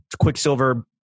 Quicksilver